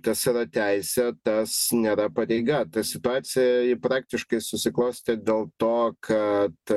tas yra teisėtas nėra pareiga ta situacija praktiškai susiklostė dėl to kad